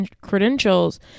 credentials